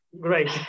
Great